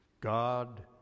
God